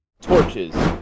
torches